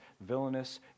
villainous